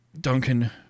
Duncan